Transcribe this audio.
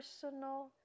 personal